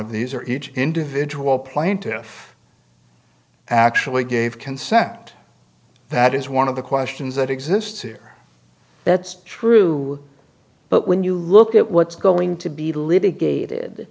of these or each individual plaintiffs actually gave consent that is one of the questions that exists here that's true but when you look at what's going to be litigated